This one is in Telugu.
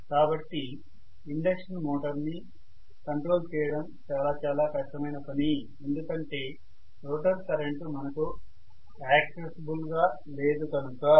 కాబట్టి ఇండక్షన్ మోటార్ ని కంట్రోల్ చేయడం చాలా చాలా కష్టమైన పని ఎందుకంటే రోటర్ కరెంటు మనకు ఆక్సిసిబుల్ గా లేదు కనుక